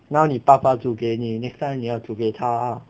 now 你爸爸煮给你 next time 你要煮给他